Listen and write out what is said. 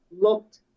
looked